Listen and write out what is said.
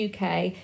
UK